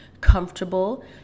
comfortable